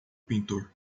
pintor